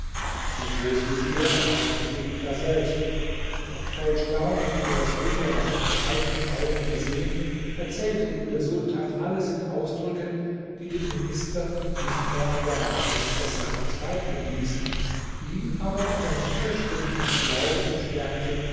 der großvezier erwartete ihn daselbst noch voll staunen über das wunder das er mit eigenen augen gesehen erzählte ihm der sultan alles in ausdrücken die den minister nicht mehr an der wahrheit der sache zweifeln ließen ihn aber in seinem ursprünglichen glauben bestärkten